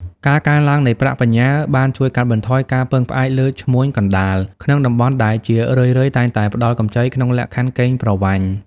ការកើនឡើងនៃប្រាក់បញ្ញើបានជួយកាត់បន្ថយការពឹងផ្អែកលើ "ឈ្មួញកណ្ដាល" ក្នុងតំបន់ដែលជារឿយៗតែងតែផ្ដល់កម្ចីក្នុងលក្ខខណ្ឌកេងប្រវ័ញ្ច។